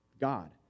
God